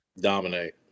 Dominate